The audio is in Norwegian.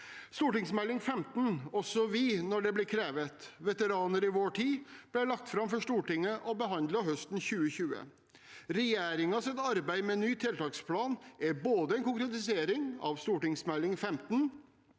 for 2019–2020, Også vi når det blir krevet – Veteraner i vår tid, ble lagt fram for Stortinget og behandlet høsten 2020. Regjeringens arbeid med ny tiltaksplan er både en konkretisering av Meld.St. 15